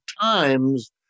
times